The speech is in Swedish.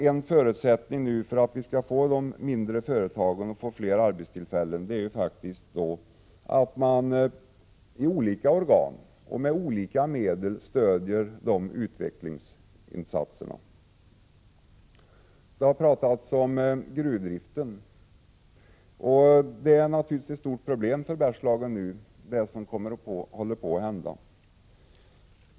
En förutsättning för att vi skall få fler arbetstillfällen i mindre företag är faktiskt att man i olika organ och med olika medel stöder de utvecklingsinsatserna. Det har talats om gruvdriften. Det som nu håller på att hända är naturligtvis ett problem för Bergslagen.